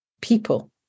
people